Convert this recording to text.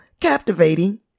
captivating